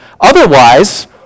Otherwise